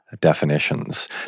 Definitions